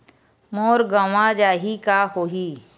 मोर गंवा जाहि का होही?